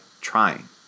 trying